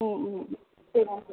ம் ம் ம் சரி ஓகே